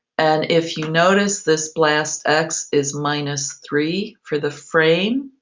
and if you notice, this blastx is minus three for the frame.